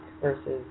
versus